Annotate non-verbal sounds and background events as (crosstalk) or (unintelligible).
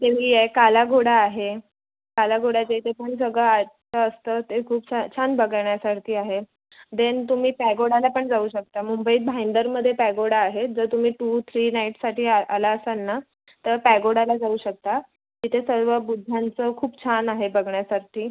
(unintelligible) आहे कालाघोडा आहे कालाघोड्याच्या इथे पण सगळं आहे असतं ते खूप छा छान बघण्यासारखे आहे देन तुम्ही पॅगोडाला पण जाऊ शकता मुंबईत भाईंदरमध्ये पॅगोडा आहे जर तुम्ही टू थ्री नाईटसाठी आ आला असाल ना तर पॅगोडाला जाऊ शकता तिथे सर्व बुद्धांचं खूप छान आहे बघण्यासाठी